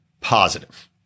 positive